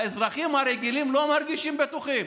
האזרחים הרגילים לא מרגישים בטוחים,